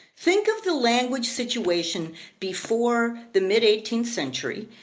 think of the language situation before the mid eighteenth century.